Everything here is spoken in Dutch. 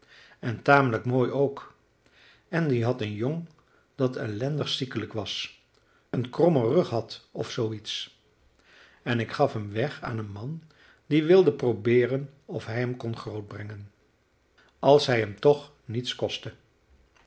en tamelijk mooi ook en die had een jong dat ellendig ziekelijk was een krommen rug had of zoo iets en ik gaf hem weg aan een man die wilde probeeren of hij hem kon grootbrengen als hij hem toch niets kostte